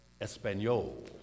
espanol